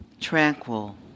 tranquil